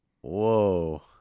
Whoa